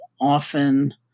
often